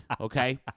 okay